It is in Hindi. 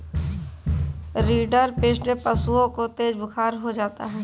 रिंडरपेस्ट में पशुओं को तेज बुखार हो जाता है